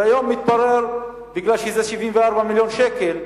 והיום התברר שמכיוון שזה 74 מיליון שקל,